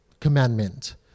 commandment